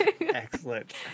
Excellent